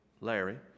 Larry